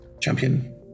champion